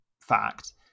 fact